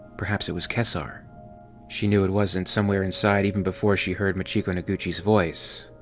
perhaps it was kesar she knew it wasn't somewhere inside even before she heard machiko noguchi's voice.